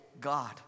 God